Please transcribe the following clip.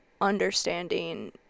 understanding